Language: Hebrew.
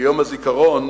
כיום הזיכרון